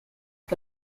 que